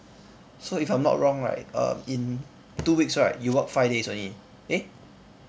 so if I'm not wrong right err in two weeks right you work five days only eh